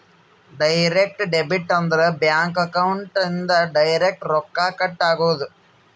direct debit ಅಂದ್ರ bank account ಇಂದ direct ರೊಕ್ಕ ಕಟ್ ಆಗೋದು